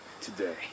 today